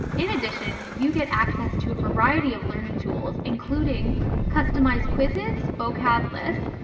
in addition, you get access to a variety of learning tools including customized quizzes, vocab lists,